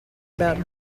about